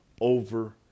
over